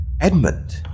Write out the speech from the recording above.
Edmund